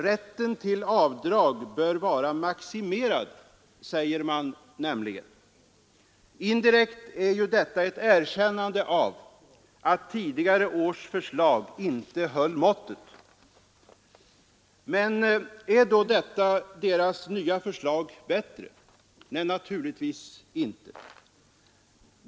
Rätten till avdrag bör vara maximerad, säger man nämligen. Indirekt är ju detta ett erkännande av att tidigare års förslag inte höll måttet. Men är då detta deras nya förslag bättre? Nej, naturligtvis inte.